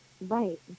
Right